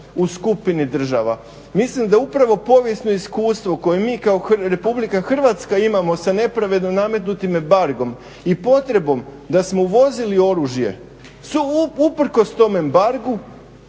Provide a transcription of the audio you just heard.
u skupini država. Mislim da upravo povijesno iskustvo koje mi kao RH imamo sa nepravedno nametnutim embargom i potrebom da smo uvozili oružje su usprkos tom embargu